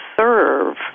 serve